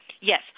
Yes